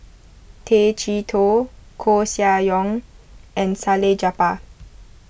Tay Chee Toh Koeh Sia Yong and Salleh Japar